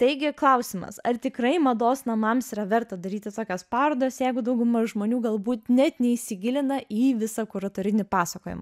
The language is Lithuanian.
taigi klausimas ar tikrai mados namams yra verta daryti tokias parodas jeigu dauguma žmonių galbūt net neįsigilina į visą kuratorinį pasakojimą